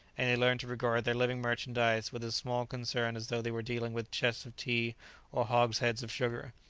and they learn to regard their living merchandize with as small concern as though they were dealing with chests of tea or hogsheads of sugar.